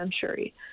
century